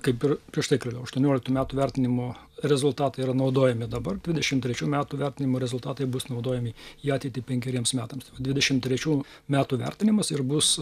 kaip ir prieš tai kalbėjau aštuonioliktų metų vertinimo rezultatai yra naudojami dabar dvidešimt trečių metų vertinimo rezultatai bus naudojami į ateitį penkeriems metams va dvidešimt trečių metų vertinimas ir bus